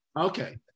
Okay